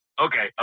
Okay